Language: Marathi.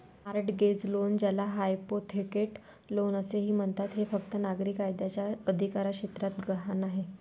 मॉर्टगेज लोन, ज्याला हायपोथेकेट लोन असेही म्हणतात, हे फक्त नागरी कायद्याच्या अधिकारक्षेत्रात गहाण आहे